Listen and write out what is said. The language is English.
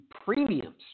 premiums